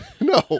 No